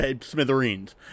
smithereens